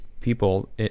people